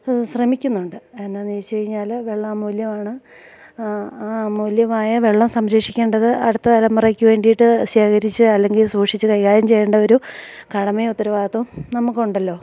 ശ്രമിക്കുന്നുണ്ട് എന്നാന്ന് വെച്ച് കഴിഞ്ഞാല് വെള്ളം അമൂല്യമാണ് ആ അമൂല്യമായ വെള്ളം സംരക്ഷിക്കേണ്ടത് അടുത്ത തലമുറയ്ക്ക് വേണ്ടിട്ട് ശേഖരിച്ച് അല്ലെങ്കിൽ സൂക്ഷിച്ച് കൈകാര്യം ചെയ്യേണ്ട ഒരു കടമയും ഉത്തരവാദിത്തവും നമുക്കുണ്ടല്ലോ